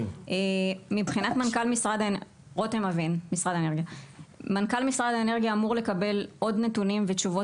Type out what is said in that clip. מנכ"ל משרד האנרגיה אמור לקבל עוד נתונים ותשובות